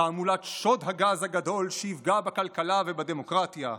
תעמולת שוד הגז הגדול שיפגע בכלכלה ובדמוקרטיה.